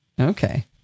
Okay